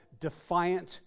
defiant